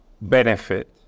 benefit